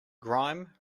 grime